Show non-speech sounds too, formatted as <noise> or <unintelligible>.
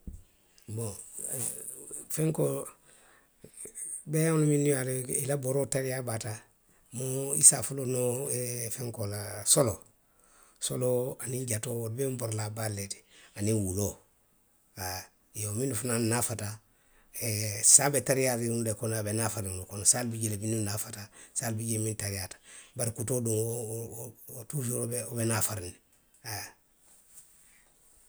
<unintelligible> fenkoo, beeyaŋolu minnu ye a loŋ ko, i la boroo tariyaa baata. i se a foloo noo fenkoo la e <hesitation> solooo. soloo aniŋ jatoo wolu bee mu borilaa baalu le ti, aniŋ wuloo. Haa, iyoo minnu fanaŋ naafata <hesitation> saa be tariyaariŋolu le kono a be naafariŋolu kono. Saalu bi jee le minnu naafata, saalu bi jee le minnu tariyaata. Bari kutoo duŋ wo, wo, wo tuusuru wo be naafariŋ. Haa